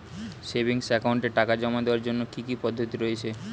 Savings একাউন্টে টাকা জমা দেওয়ার জন্য কি কি পদ্ধতি রয়েছে?